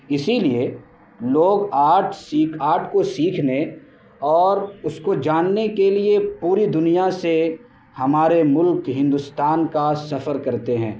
اسی لیے لوگ آرٹس سیکھ آٹس کو سیکھنے اور اس کو جاننے کے لیے پوری دنیا سے ہمارے ملک ہندوستان کا سفر کرتے ہیں